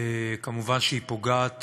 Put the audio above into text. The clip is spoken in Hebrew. מובן שהיא פוגעת